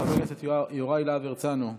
חבר הכנסת יוראי להב הרצנו,